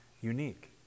unique